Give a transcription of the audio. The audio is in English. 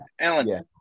Alan